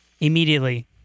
immediately